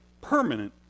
permanent